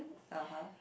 (uh huh)